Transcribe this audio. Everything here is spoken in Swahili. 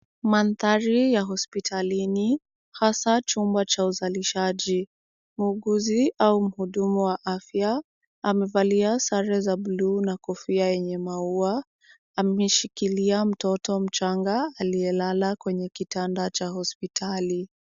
Mandhari ya hospitalini, hasa chumba cha uzalishaji. Muuguzi au mhudumu wa afya amevalia sare za blue na kofia yenye maua. Ameshikilia mtoto mchanga aliyelala kwenye kitanda cha hospitali.